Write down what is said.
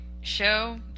show